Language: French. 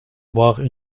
boire